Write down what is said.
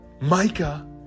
Micah